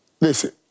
listen